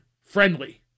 friendly